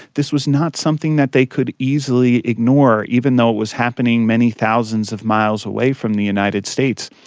this was not something that they could easily ignore, even though it was happening many thousands of miles away from the united states.